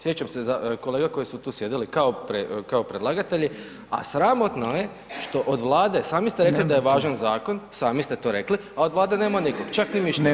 Sjećam se kolega koje su tu sjedili kao predlagatelji a sramotno je što od Vlade, sami ste rekli da je važan zakon, sami ste to rekli, a od Vlade nema nikog, čak ni mišljenje.